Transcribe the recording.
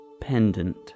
pendant